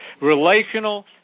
relational